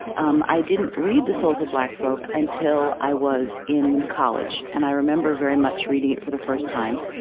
um i didn't read the souls of black folk until i was in college. and i remember very much reading it for the first time,